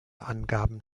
angaben